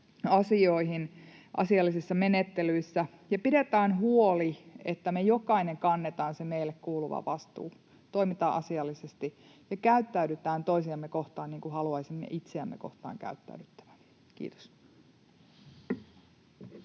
asioihin asiallisilla menettelyillä. Ja pidetään huoli, että me jokainen kannetaan se meille kuuluva vastuu, toimitaan asiallisesti ja käyttäydytään toisiamme kohtaan niin kuin haluaisimme itseämme kohtaan käyttäydyttävän. — Kiitos.